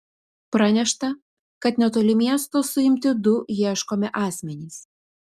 pranešta kad netoli miesto suimti du ieškomi asmenys